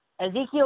Ezekiel